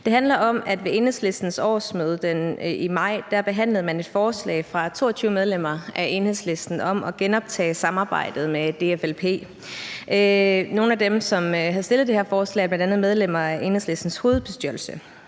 ved Enhedslistens årsmøde i maj behandlede et forslag fra 22 medlemmer af Enhedslisten om at genoptage samarbejdet med DFLP. Nogle af dem, som havde stillet det her forslag, var bl.a. medlemmer af Enhedslistens hovedbestyrelse.